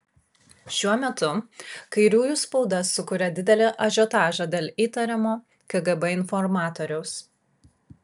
šiuo metu kairiųjų spauda sukuria didelį ažiotažą dėl įtariamo kgb informatoriaus